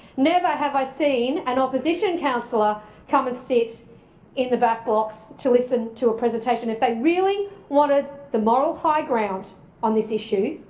never have i seen an opposition councillor ah come and sit in the back blocks to listen to a presentation. if they really wanted the moral high ground on this issue,